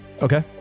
Okay